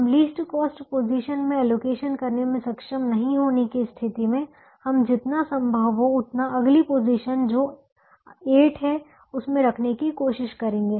हम least cost position में allocation करने में सक्षम नहीं होने की स्थिति में हम जितना संभव हो उतना अगली पोजीशन जो 8 है उसमें रखने की कोशिश करेंगे